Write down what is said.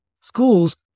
schools